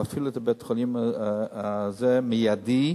להפעיל את בית-החולים הזה מיידית,